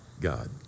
God